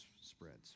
spreads